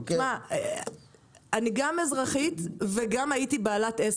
אז קודם כל, אין לנו המלצה.